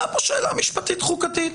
עולה פה שאלה משפטית חוקתית.